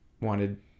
wanted